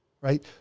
right